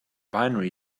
binary